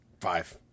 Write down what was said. Five